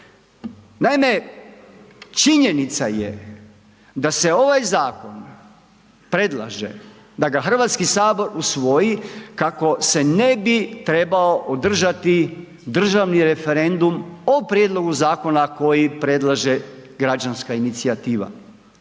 Naime, činjenica je da se ovaj zakon predlaže da ga HS usvoji kako se ne bi trebao održati državni referendum o prijedlogu zakona koji predlaže građanska inicijativa.